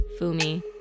Fumi